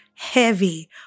heavy